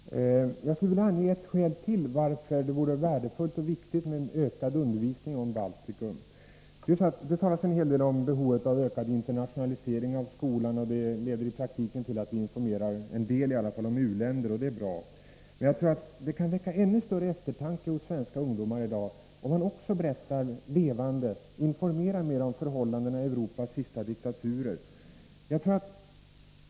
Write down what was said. Herr talman! Jag skulle vilja ange ytterligare ett skäl till att det vore värdefullt och viktigt med en ökad undervisning om Baltikum. Det talas en hel del om behovet av en internationalisering av skolan. Det leder i praktiken till att vi, åtminstone i viss utsträckning, informerar om u-länder — och det är bra. Men jag tror att det hos svenska ungdomar i dag kan väcka ännu större eftertanke om man också levande berättar om förhållandena i Europas sista diktaturer.